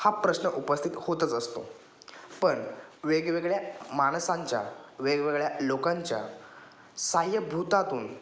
हा प्रश्न उपस्थित होतच असतो पण वेगवेगळ्या माणसांच्या वेगवेगळ्या लोकांच्या सहाय्यभूतातून